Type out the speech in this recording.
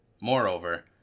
Moreover